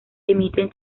emiten